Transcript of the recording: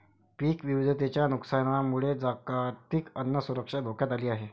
पीक विविधतेच्या नुकसानामुळे जागतिक अन्न सुरक्षा धोक्यात आली आहे